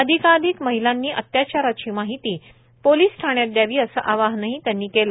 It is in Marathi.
अधिकाधिक महिलांनी अत्याचाराची माहिती पोलिस ठाण्यात द्यावी असे आवाहनही त्यांनी केले